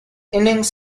innings